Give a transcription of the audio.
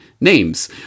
names